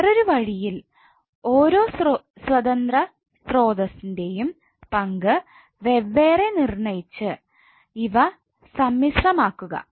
വേറൊരു വഴിയിൽ ഓരോ സ്വതന്ത്ര സ്രോതസ്സ്ന്റെയും പങ്ക് വെവ്വേറെ നിർണയിച്ചിട്ട് ഇവ സമ്മിശ്രമാക്കുക